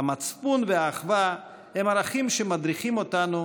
המצפון והאחווה הם ערכים שמדריכים אותנו